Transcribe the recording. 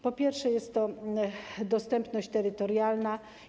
Po pierwsze, jest to dostępność terytorialna.